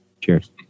Cheers